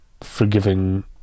forgiving